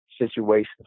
situations